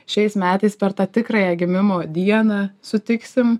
šiais metais per tą tikrąją gimimo dieną sutiksim